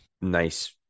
nice